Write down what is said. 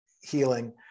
healing